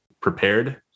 prepared